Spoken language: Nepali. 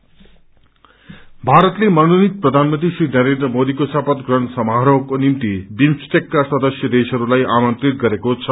स्वेरिंग इन मारतले मनोनित प्रधानमंत्री नरेन्द्र मोदीको शपी प्रहण समारोहको निम्ति बिम्स्टेकका सदस्य देशहरूलाई आमन्त्रित गरेको छ